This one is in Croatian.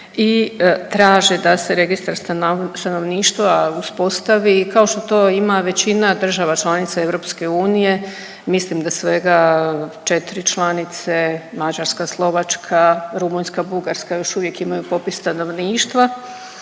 i traže da se registar stanovništva uspostavi kao što to ima većina država članica EU, mislim da svega 4 članice Mađarska, Slovačka, Rumunjska, Bugarska još uvijek imaju popis stanovništva,